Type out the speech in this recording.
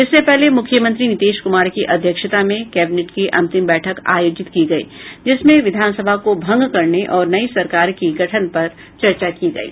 इससे पहले मुख्यमंत्री नीतीश कुमार की अध्यक्षता में कैबिनेट की अंतिम बैठक आयोजित की गयी जिसमें विधानसभा को भंग करने और नई सरकार की गठन पर चर्चा की गयी